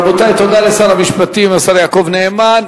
רבותי, תודה לשר המשפטים, השר יעקב נאמן.